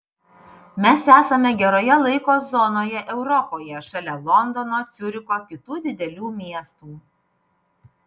mes esame geroje laiko zonoje europoje šalia londono ciuricho kitų didelių miestų